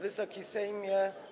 Wysoki Sejmie!